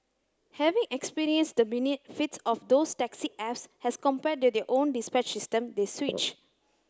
having experienced the benefits of those taxi apps as compared to their own dispatch system they switch